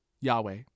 Yahweh